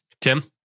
Tim